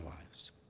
lives